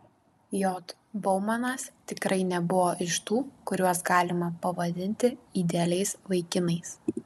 j baumanas tikrai nebuvo iš tų kuriuos galima pavadinti idealiais vaikinais